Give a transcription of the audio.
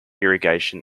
irrigation